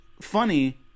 funny